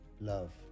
love